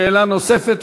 שאלה נוספת,